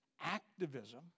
activism